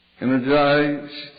energized